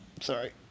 sorry